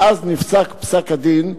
מאז נפסק פסק-הדין,